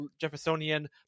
Jeffersonian